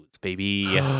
baby